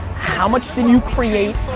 how much did you create?